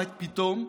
מה פתאום,